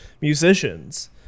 musicians